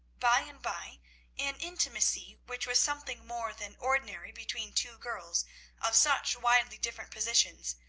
by and by an intimacy, which was something more than ordinary between two girls of such widely different positions,